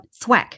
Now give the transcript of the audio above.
thwack